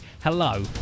hello